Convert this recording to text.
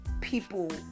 people